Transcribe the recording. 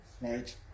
right